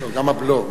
גם הבלו.